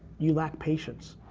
you lack patience.